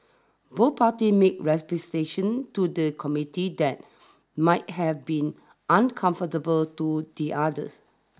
both party made representations to the Committee that might have been uncomfortable to the other